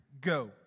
go